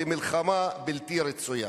למלחמה בלתי רצויה.